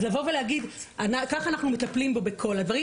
אז לבוא ולהגיד: כך אנחנו מטפלים בכל הדברים,